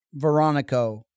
Veronico